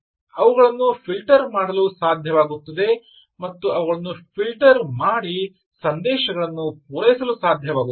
ಅವುಗಳನ್ನು ಫಿಲ್ಟರ್ ಮಾಡಲು ಸಾಧ್ಯವಾಗುತ್ತದೆ ಮತ್ತು ಅವುಗಳನ್ನು ಫಿಲ್ಟರ್ ಮಾಡಲು ಮತ್ತು ಸಂದೇಶಗಳನ್ನು ಪೂರೈಸಲು ಸಾಧ್ಯವಾಗುತ್ತದೆ